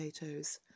potatoes